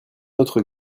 autre